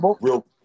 real